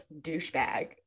douchebag